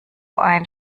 ein